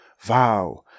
Vow